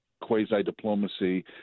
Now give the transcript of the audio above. quasi-diplomacy